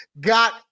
got